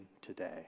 today